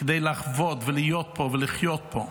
כדי לחוות ולהיות פה ולחיות פה,